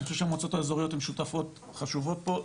אני חושב שהמועצות האזוריות הן שותפות חשובות פה,